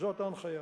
וזאת ההנחיה.